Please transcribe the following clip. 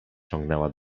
ciągnęła